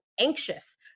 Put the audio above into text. anxious